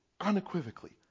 unequivocally